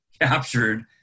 captured